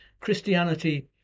Christianity